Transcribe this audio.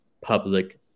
public